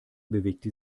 bewegte